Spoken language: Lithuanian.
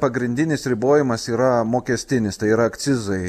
pagrindinis ribojimas yra mokestinis tai yra akcizai